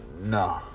No